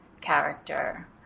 character